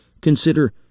Consider